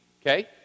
Okay